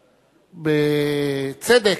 בצדק,